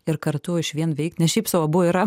ir kartu išvien veikt ne šiaip sau abu yra